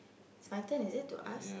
it's my turn is it to ask